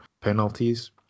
penalties